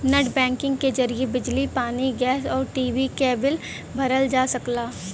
net banking के जरिए बिजली पानी गैस आउर टी.वी क बिल भरल जा सकला